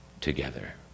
together